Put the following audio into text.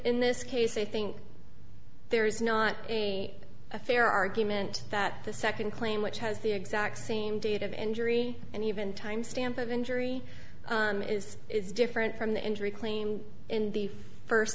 in this case i think there is not a fair argument that the second claim which has the exact same date of injury and even timestamp of injury is is different from the injury claim in the first